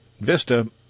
Vista